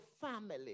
family